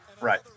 Right